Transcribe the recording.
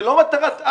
זו לא מטרת על.